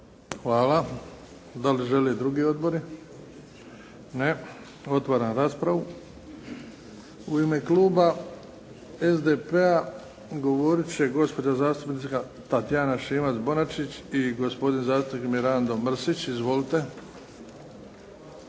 Hvala. Da li žele drugi odbori? Ne. Otvaram raspravu. U ime kluba SDP-a govoriti će gospođa zastupnica Tatjana Šimac-Bonačić i gospodin zastupnik Mirando Mrsić. Izvolite.